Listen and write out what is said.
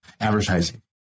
advertising